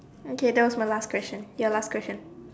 okay that was my last question ya last question